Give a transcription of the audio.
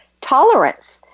tolerance